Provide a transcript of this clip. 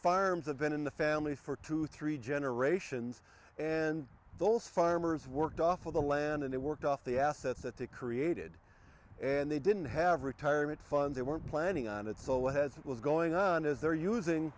farms have been in the family for two three generations and those farmers worked off of the land and it worked off the assets that they created and they didn't have retirement fund they weren't planning on it so what has it was going on is they're using